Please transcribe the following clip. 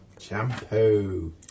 shampoo